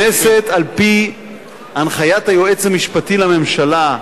הכנסת, על-פי הנחיית היועץ המשפטי לממשלה,